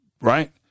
right